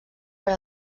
per